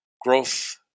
growth